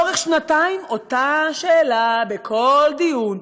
לאורך שנתיים אותה שאלה בכל דיון,